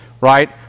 Right